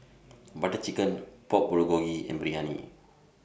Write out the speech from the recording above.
Butter Chicken Pork Bulgogi and Biryani